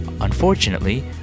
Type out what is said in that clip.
Unfortunately